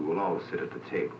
will all sit at the table